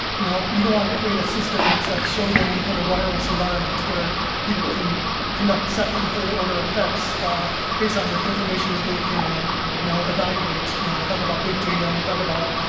you know we don't want to create a system that's like showdown for the wireless environments, where people can conduct second and third-order effects based on the information they can you know evaluate. you know we talk about big data. we talk about,